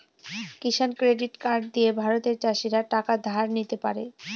কিষান credit card দিয়ে ভারতের চাষীরা টাকা ধার নিতে পারে